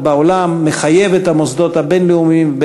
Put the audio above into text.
בעולם ומחייב את המוסדות הבין-לאומיים,